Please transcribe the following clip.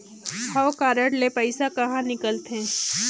हव कारड ले पइसा कहा निकलथे?